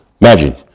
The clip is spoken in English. Imagine